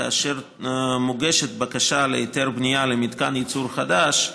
כאשר מוגשת בקשה להיתר בנייה למתקן ייצור חדש,